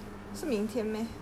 ya 十九号